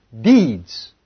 deeds